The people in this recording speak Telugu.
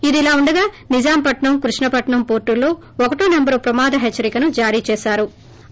ఇదిలా ఉండగా నిజాంపట్సం కృష్ణపట్సం పోర్టుల్లో ఒకటో నంబర్ ప్రమాద హెచ్చరికను జారీ చేశారు